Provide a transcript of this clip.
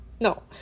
No